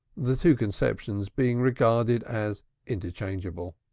the two conceptions being regarded as interchangeable.